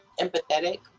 empathetic